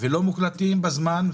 ולא מוקלדים בזמן.